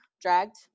dragged